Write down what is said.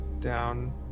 down